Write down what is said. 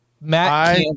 Matt